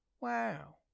wow